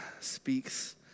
speaks